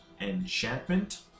enchantment